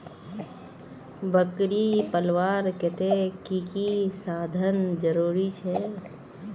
बकरी पलवार केते की की साधन जरूरी छे?